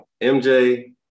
MJ